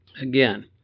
Again